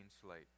slate